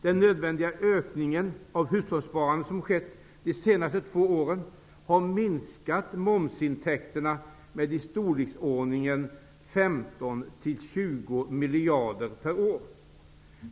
Den nödvändiga ökning av hushållssparandet som skett de senaste två åren har minskat momsintäkterna med mellan 15 och 20 miljarder per år.